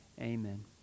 Amen